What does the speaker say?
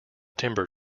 timber